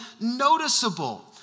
noticeable